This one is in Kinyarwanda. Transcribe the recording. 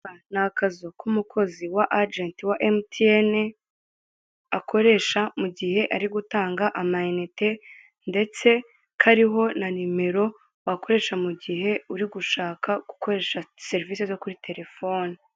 Ni akazu k'umukozi wa ajenti wa emutiyene, akorehsa mu gihe ari gutanga amayinite ndetse kariho na nimero wakoresha mu gihe uri gushaka gukoresha serivise zo kuri telefone.